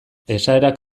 esaerak